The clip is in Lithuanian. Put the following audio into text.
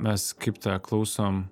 mes kaip tą klausom